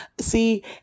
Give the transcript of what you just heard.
See